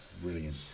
brilliant